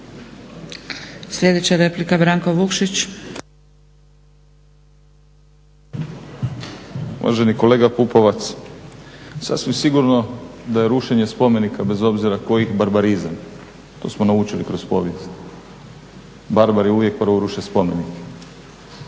laburisti - Stranka rada)** Uvaženi kolega Pupovac sasvim sigurno da je rušenje spomenika bez obzira kojih barbarizam. To smo naučili kroz povijest. Barbari uvijek prvo ruše spomenik.